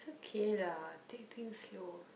is okay lah take things slow